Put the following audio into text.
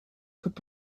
could